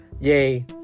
yay